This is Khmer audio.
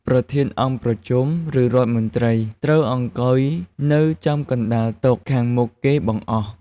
ប្រធានអង្គប្រជុំ ឬរដ្ឋមន្ត្រី ត្រូវអង្គុយនៅចំកណ្ដាលតុ ខាងមុខគេបង្អស់។